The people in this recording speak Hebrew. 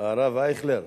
הרב אייכלר,